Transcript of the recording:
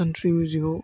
country music आव